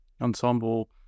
Ensemble